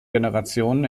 generationen